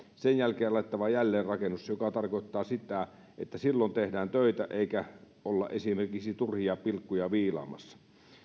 sen jälkeen laitettava jälleenrakennus joka tarkoittaa sitä että silloin tehdään töitä eikä olla esimerkiksi turhia pilkkuja viilaamassa